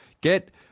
Get